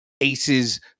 aces